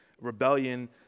rebellion